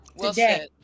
Today